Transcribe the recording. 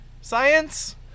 science